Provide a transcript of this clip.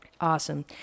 Awesome